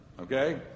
okay